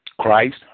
Christ